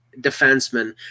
defenseman